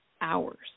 hours